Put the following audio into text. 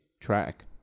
track